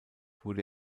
wurde